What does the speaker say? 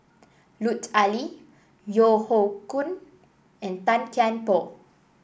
Lut Ali Yeo Hoe Koon and Tan Kian Por